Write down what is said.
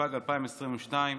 התשפ"ג 2022,